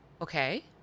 Okay